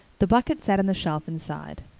the bucket sat on the shelf inside.